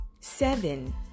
seven